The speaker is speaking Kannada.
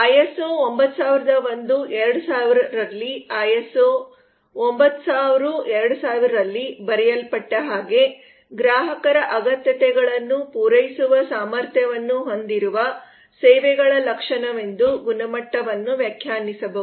ಐಎಸ್ಒ 9001 2000 ರಲ್ಲಿ ಐಎಸ್ಒ 9000 2000 ರಲ್ಲಿ ಬರೆಯಲ್ಪಟ್ಟ ಹಾಗೆ ಗ್ರಾಹಕರ ಅಗತ್ಯತೆಗಳನ್ನು ಪೂರೈಸುವ ಸಾಮರ್ಥ್ಯವನ್ನು ಹೊಂದಿರುವ ಸೇವೆಗಳ ಲಕ್ಷಣವೆಂದು ಗುಣಮಟ್ಟವನ್ನು ವ್ಯಾಖ್ಯಾನಿಸಬಹುದು